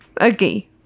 Okay